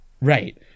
Right